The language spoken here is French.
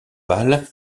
pâle